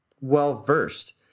well-versed